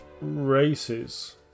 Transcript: races